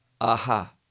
aha